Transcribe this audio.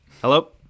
Hello